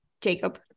Jacob